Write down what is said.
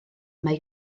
mae